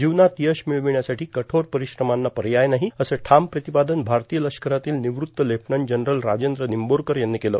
जीवनात यश मिळविण्यासाठी कठोर परिश्रमांना पर्याय नाही असं ठाम प्रतिपादन भारतीय लष्करातील निवृत्त लेफ्टनंट जनरल राजेंद्र निंबोरकर यांनी केलं